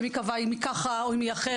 ומי קבע אם היא ככה או אחרת?